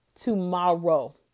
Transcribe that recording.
tomorrow